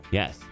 yes